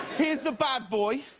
here's the bad boy.